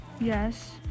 yes